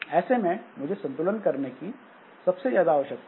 ऐसे में मुझे संतुलन करने की सबसे ज्यादा आवश्यकता है